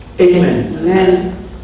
Amen